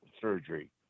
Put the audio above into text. surgery